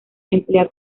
emplea